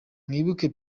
mwibuke